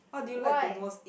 why